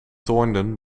toornden